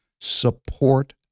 support